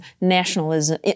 nationalism